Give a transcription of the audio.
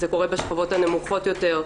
זה קורה בשכבות הנמוכות יותר,